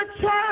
church